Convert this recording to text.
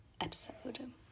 episode